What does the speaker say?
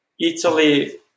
Italy